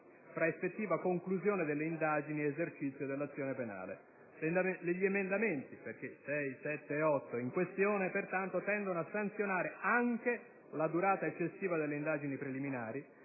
fra effettiva conclusione delle indagini ed esercizio dell'azione penale. Gli emendamenti in questione pertanto tendono a sanzionare anche la durata eccessiva delle indagini preliminari,